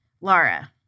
Laura